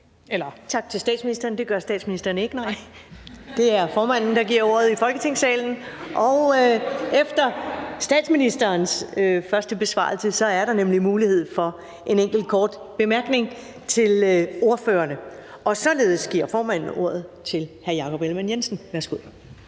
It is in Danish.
Tak til statsministeren. Og det gør statsministeren ikke, nej. Det er formanden, der giver ordet i Folketingssalen. Efter statsministerens besvarelse er der nemlig mulighed for en enkelt kort bemærkning til ordførerne. Og således giver formanden ordet til hr. Jakob Ellemann-Jensen. Værsgo.